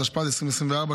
התשפ"ד 2024,